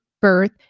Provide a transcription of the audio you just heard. birth